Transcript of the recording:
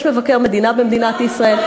יש מבקר מדינה במדינת ישראל,